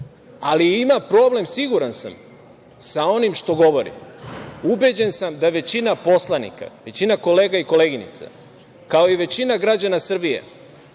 ali ima problem, siguran sam, sa onim što govori. Ubeđen sam da većina poslanika, većina kolega i koleginica, kao i većina građana Srbije,